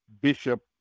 bishop